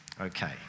okay